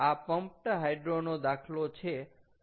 આ pumped hydro નો દાખલો છે